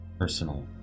Personal